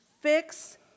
fix